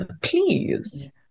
Please